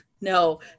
No